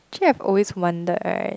actually I've always wondered right